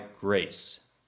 grace